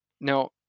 now